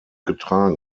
getragen